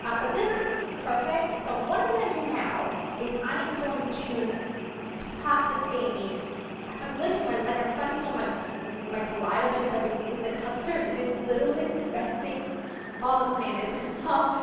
ah but this is perfect, so what i'm going to do now is i'm going to pop this baby i'm licking my, like i'm sucking on my my saliva because i've been eating the custard and it's literally the best thing on the planet. so,